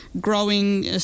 growing